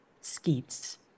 Skeets